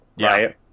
right